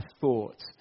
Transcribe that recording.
thoughts